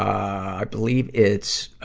i believe it's,